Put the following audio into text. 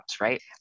right